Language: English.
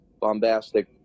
bombastic